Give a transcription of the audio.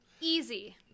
Easy